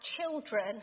children